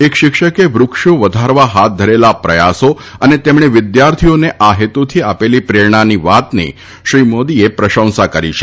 એક શિક્ષકે વ્રક્ષો વધારવા હાથ ધરેલા પ્રયાસો અને તેમણે વિદ્યાર્થીઓને આ હેતુથી આપેલી પ્રેરણાની વાતની શ્રી મોદીએ પ્રશંસા કરી છે